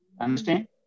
Understand